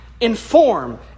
inform